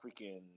freaking